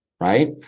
right